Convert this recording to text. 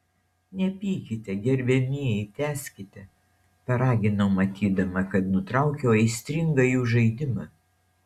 nepykite gerbiamieji tęskite paraginau matydama kad nutraukiau aistringą jų žaidimą